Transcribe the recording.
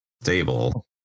stable